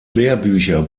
lehrbücher